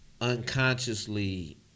unconsciously